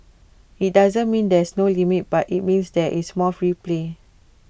IT doesn't mean there's no limits but IT means there is more free play